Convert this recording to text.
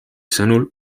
sõnul